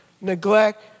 neglect